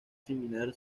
similar